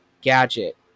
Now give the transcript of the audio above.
gadget